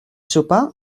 sopar